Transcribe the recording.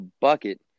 bucket